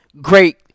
great